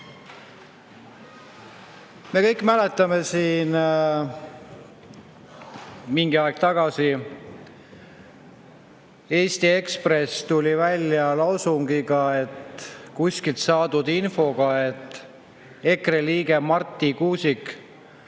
kõik mäletame, kui mingi aeg tagasi tuli Eesti Ekspress välja lausungiga, kuskilt saadud infoga, et EKRE liige Marti Kuusik